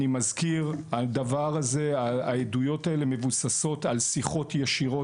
אני מזכיר שהעדויות האלה מבוססות על שיחות ישירות